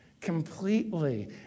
completely